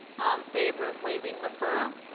um favor of waiving referral.